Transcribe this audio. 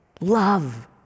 Love